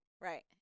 Right